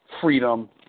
freedom